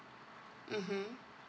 mmhmm